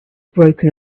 broken